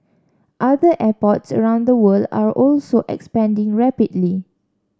other airports around the world are also expanding rapidly